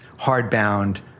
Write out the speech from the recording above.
hardbound